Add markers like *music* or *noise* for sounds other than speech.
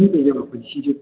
*unintelligible*